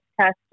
test